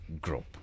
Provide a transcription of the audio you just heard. group